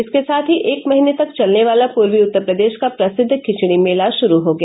इसके साथ ही एक महीने तक चलने वाला पूर्वी उत्तर प्रदेश का प्रसिद्व खिचड़ी मेला शुरू हो गया